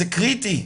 זה קריטי.